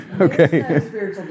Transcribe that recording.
Okay